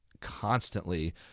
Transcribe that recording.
constantly